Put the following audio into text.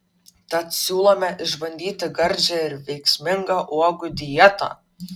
tad siūlome išbandyti gardžią ir veiksmingą uogų dietą